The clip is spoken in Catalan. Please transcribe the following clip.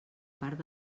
part